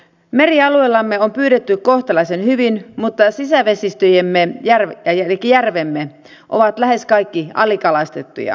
merialueillamme on pyydetty kohtalaisen hyvin mutta sisävesistömme elikkä järvemme ovat lähes kaikki alikalastettuja